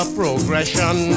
progression